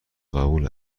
قبول